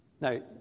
Now